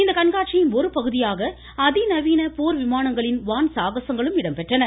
இந்த கண்காட்சியின் ஒருபகுதியாக அதிநவீன போர் விமானங்களின் வான் சாகசங்களும் இடம்பெற்றன